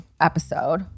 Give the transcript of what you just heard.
episode